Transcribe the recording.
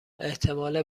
احتمال